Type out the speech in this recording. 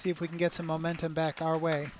see if we can get some momentum back our way